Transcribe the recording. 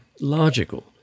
logical